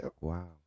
Wow